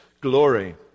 glory